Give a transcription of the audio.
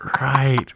right